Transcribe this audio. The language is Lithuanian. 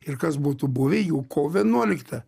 ir kas būtų buvę jau kovo vienuoliktą